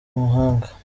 mahanga